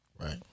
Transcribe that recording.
Right